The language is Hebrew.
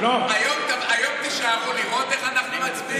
היום תישארו לראות איך אנחנו מצביעים?